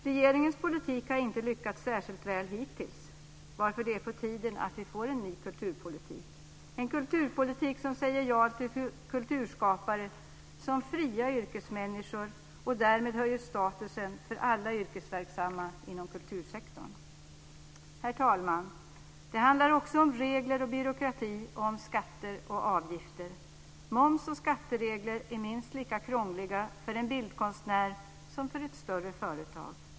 Regeringens politik har inte lyckats särskilt väl hittills, och därför är det på tiden att vi får en ny kulturpolitik, en kulturpolitik som säger ja till kulturskapare som fria yrkesmänniskor och därmed höjer statusen för alla yrkesverksamma inom kultursektorn. Herr talman! Det handlar också om regler, byråkrati, skatter och avgifter. Moms och skatteregler är minst lika krångliga för en bildkonstnär som för ett större företag.